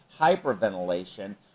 hyperventilation